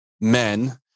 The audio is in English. men